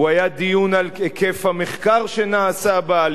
הוא היה דיון על היקף המחקר שנעשה בה,